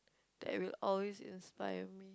that will always inspire me